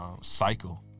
cycle